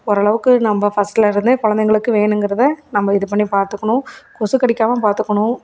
ஓரளவுக்கு நம்ம ஃபஸ்ட்லருந்தே குழந்தைங்களுக்கு வேணுங்கிறதை நம்ம இது பண்ணி பார்த்துக்குணும் கொசு கடிக்காமல் பார்த்துக்குணும்